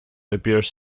appears